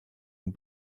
and